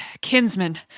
kinsman